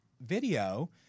video